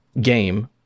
game